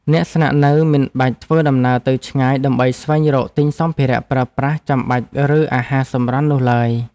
អ្នកស្នាក់នៅមិនបាច់ធ្វើដំណើរទៅឆ្ងាយដើម្បីស្វែងរកទិញសម្ភារប្រើប្រាស់ចាំបាច់ឬអាហារសម្រន់នោះឡើយ។